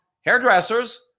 hairdressers